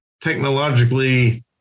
technologically